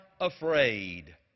afraid